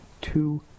two